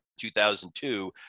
2002